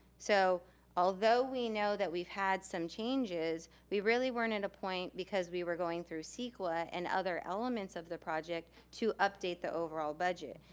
so although we know that we've had some changes, we really weren't at a point, because we were going through ceqa and other elements of the project to update the overall budget.